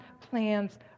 plans